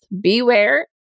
Beware